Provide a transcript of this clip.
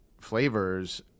flavors –